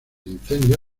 incendio